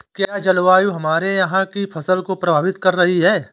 क्या जलवायु हमारे यहाँ की फसल को प्रभावित कर रही है?